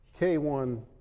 K1